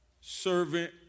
servant